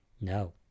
no